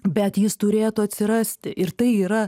bet jis turėtų atsirasti ir tai yra